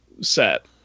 set